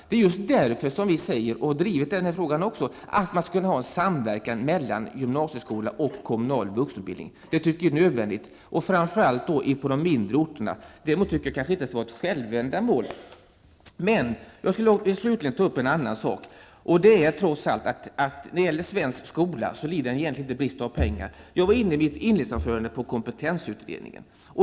Det är därför vi har drivit kravet på en samverkan mellan gymnasieskola och kommunal vuxenutbildning. Det är nödvändigt, framför allt på de mindre orterna. Däremot tycker jag inte att det skall vara ett självändamål. Slutligen vill jag ta upp en annan sak. Svensk skola lider egentligen inte brist på pengar. Jag var i mitt inledningsanförande inne på kompetensutredningen.